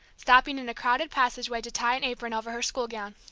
stopping in a crowded passageway to tie an apron over her school gown.